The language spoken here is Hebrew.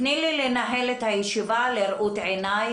תני לי לנהל את הישיבה כראות עיני,